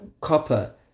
copper